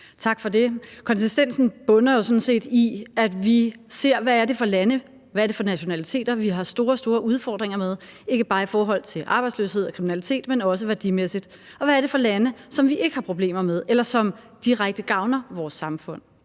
Tak for det. Det med det konsistente skyldes, at vi ser, hvad det er for nogle lande og nationaliteter, vi har store, store udfordringer med, og det er ikke bare i forhold til arbejdsløshed og kriminalitet, men også værdimæssigt, og hvad det er for nogle lande, vi ikke har problemer med, eller som direkte gavner vores samfund.